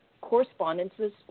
correspondences